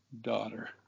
daughter